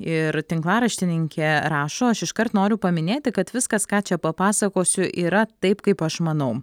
ir tinklaraštininkė rašo aš iškart noriu paminėti kad viskas ką čia papasakosiu yra taip kaip aš manau